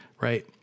right